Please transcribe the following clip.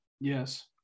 Yes